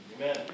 Amen